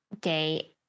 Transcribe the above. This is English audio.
day